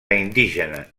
indígena